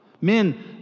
Men